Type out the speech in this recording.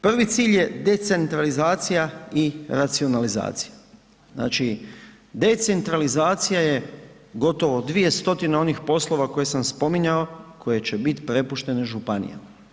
Prvi cilj je decentralizacija i racionalizacija, znači decentralizacija je gotovo 200 onih poslova koje sam spominjao, koje će biti prepuštene županijama.